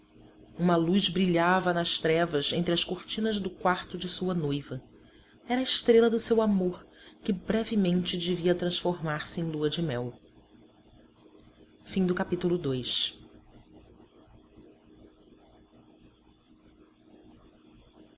uma luz brilhava nas trevas entre as cortinas do quarto de sua noiva era a estrela do seu amor que brevemente devia transformar-se em lua-de-mel